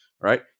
right